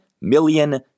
million